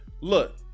Look